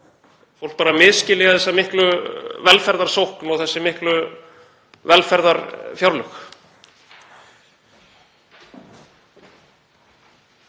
fólk bara að misskilja þessa miklu velferðarsókn og þessi miklu velferðarfjárlög?